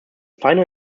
final